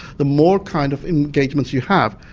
the more kind of engagements you have.